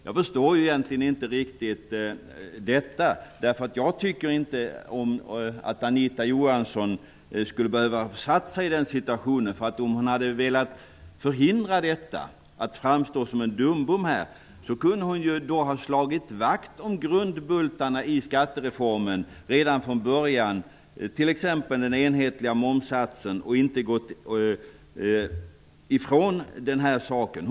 Jag förstår egentligen inte riktigt detta, och jag tycker inte att Anita Johansson skulle ha behövt försätta sig i den situationen. Om hon hade velat förhindra att hon här skulle framstå som en dumbom, kunde hon ju redan från början ha slagit vakt om grundbultarna i skattereformen, t.ex. den enhetliga momssatsen, i stället för att gå ifrån den.